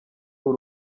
uru